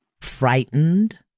Frightened